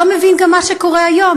לא מבין גם מה שקורה היום.